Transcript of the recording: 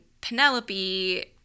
Penelope